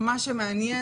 מה שמעניין,